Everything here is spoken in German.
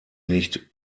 nicht